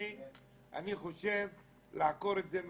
אדוני, אני רוצה רק לתקן.